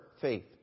faith